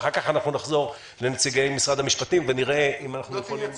ולאחר מכן נחזור לנציגי משרד המשפטים ונראה אם אנחנו יכולים להתקדם.